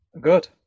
Good